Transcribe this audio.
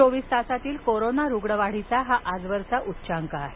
चोवीस तासातील कोरोना रुग्णवाढीचा हा आजवरचा उच्चांक आहे